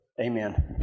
Amen